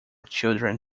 children